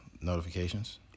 notifications